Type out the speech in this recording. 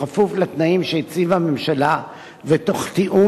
בכפוף לתנאים שהציבה הממשלה ותוך תיאום